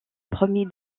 premier